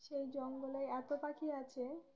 সেই জঙ্গলেই এত পাখি আছে